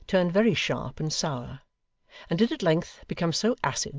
turned very sharp and sour and did at length become so acid,